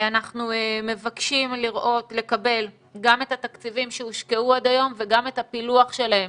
אנחנו מבקשים לקבל גם את התקציבים שהושקעו עד היום וגם את הפילוח שלהם